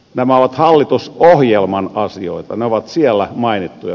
nämä ovat hallitusohjelman asioita ne ovat siellä mainittuja